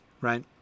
right